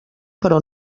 però